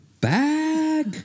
back